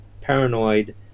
paranoid